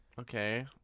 Okay